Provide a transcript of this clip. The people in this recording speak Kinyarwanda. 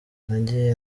nagiye